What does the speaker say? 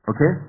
Okay